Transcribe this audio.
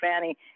Fanny